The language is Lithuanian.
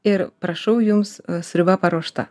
ir prašau jums sriuba paruošta